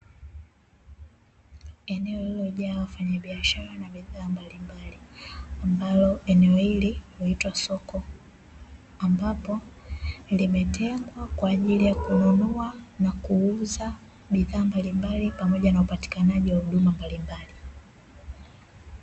Eneo lililojaa wafanyabiashara na bidhaa mbalimbali ambalo eneo hili huitwa soko ambapo limetengwa kwa ajili ya kununua na kuuza bidhaa mbalimbali pamoja na upatikanaji wa huduma mbalimbali.